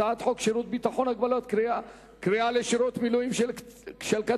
הצעת חוק שירות ביטחון (הגבלות קריאה לשירות מילואים של קצין,